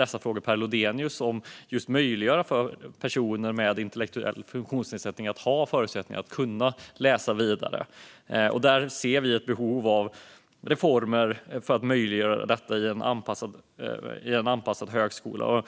Det handlar om att skapa förutsättningar att läsa vidare för personer med intellektuell funktionsnedsättning. Vi ser ett behov av reformer för att möjliggöra detta i en anpassad högskola.